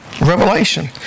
Revelation